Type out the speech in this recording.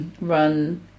run